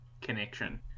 connection